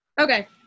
okay